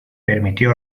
permitió